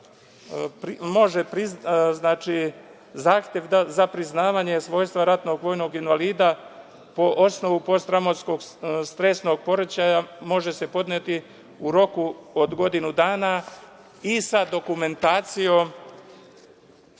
od stava 1. zahtev za priznavanje svojstva ratnog vojno invalida po osnovu posttraumatskog stresnog poremećaja, može se podneti u roku od godinu dana i sa dokumentacijom